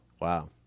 Wow